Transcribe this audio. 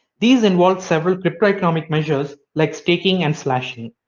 these involve several crypto-economic measures like staking and slashing.